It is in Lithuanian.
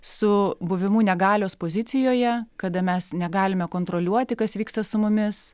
su buvimu negalios pozicijoje kada mes negalime kontroliuoti kas vyksta su mumis